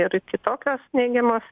ir kitokios neigiamos